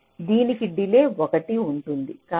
దీనికి డిలే 1 ఉంటుంది